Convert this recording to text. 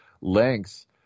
lengths